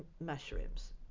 mushrooms